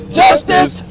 justice